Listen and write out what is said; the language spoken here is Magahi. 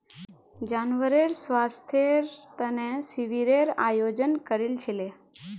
जानवरेर स्वास्थ्येर तने शिविरेर आयोजन करील छिले